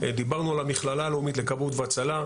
דיברנו על המכללה הלאומית לכבאות והצלה,